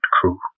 crew